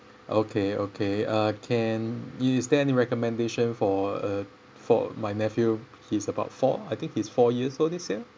okay okay uh can is there any recommendation for uh for my nephew he's about four I think he's four years old this year